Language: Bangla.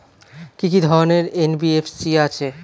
কি কি ধরনের এন.বি.এফ.সি আছে?